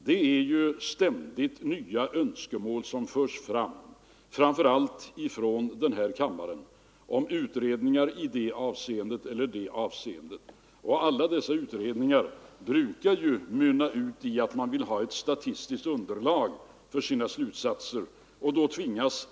Det förs ju ständigt fram nya önskemål, framför allt från den här kammaren, om utredningar i det eller det avseendet, och alla dessa utredningar brukar mynna ut i att man vill ha ett statistiskt underlag för sina slutsatser.